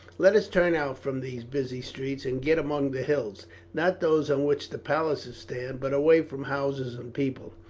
let us turn out from these busy streets and get among the hills not those on which the palaces stand, but away from houses and people.